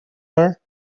her